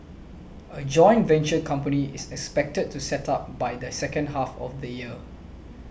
a joint venture company is expected to set up by the second half of the year